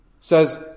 Says